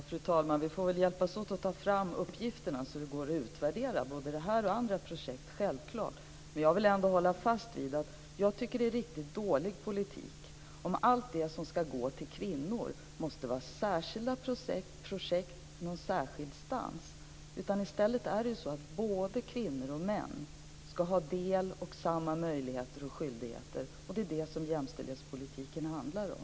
Fru talman! Vi får väl hjälpas åt att ta fram uppgifter så att det går att utvärdera både detta och andra projekt, självfallet. Men jag vill ändå hålla fast vi att jag tycker att det är dålig politik om allt det som ska gå till kvinnor måste gälla särskilda projekt. I stället ska både kvinnor och män få del av samma möjligheter och ha samma skyldigheter, och det är detta som jämställdhetspolitiken handlar om.